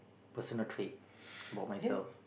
personal trait of myself